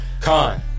Con